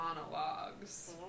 monologues